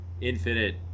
infinite